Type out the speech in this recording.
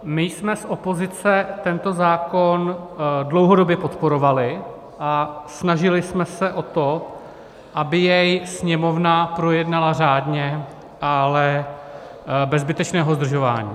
My jsme z opozice tento zákon dlouhodobě podporovali a snažili jsme se o to, aby jej Sněmovna projednala řádně, ale bez zbytečného zdržování.